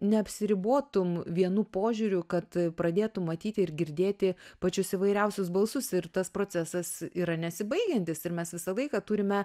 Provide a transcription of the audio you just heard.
neapsiribotum vienu požiūriu kad pradėtum matyti ir girdėti pačius įvairiausius balsus ir tas procesas yra nesibaigiantis ir mes visą laiką turime